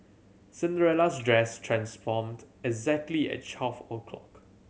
Cinderella's dress transformed exactly at twelve o'clock